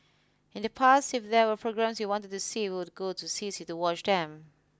in the past if there were programmes she wanted to see would go to C C to watch them